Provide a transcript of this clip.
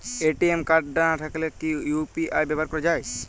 ATM card না থাকলে কি ইউ.পি.আই ব্যবহার করা য়ায়?